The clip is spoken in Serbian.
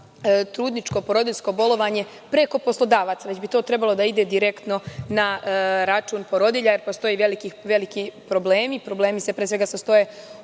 trudničko, porodiljsko bolovanje preko poslodavaca, već bi to trebalo da ide direktno na račun porodilja, jer postoji veli problemi koji se pre svega sastoje